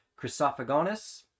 Chrysophagonus